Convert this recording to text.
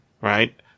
right